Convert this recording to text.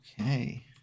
Okay